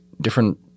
different